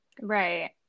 Right